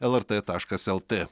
lrt taškas lt